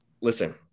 Listen